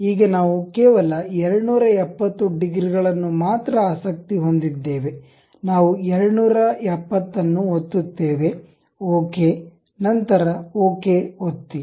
ಈಗ ನಾವು ಕೇವಲ 270 ಡಿಗ್ರಿಗಳನ್ನು ಮಾತ್ರ ಆಸಕ್ತಿ ಹೊಂದಿದ್ದೇವೆ ನಾವು 270 ಅನ್ನು ಒತ್ತುತ್ತೇವೆ ಓಕೆ ನಂತರ ಓಕೆ ಒತ್ತಿ